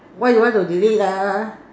why you want to delete ah